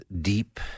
deep